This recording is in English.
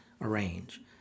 arrange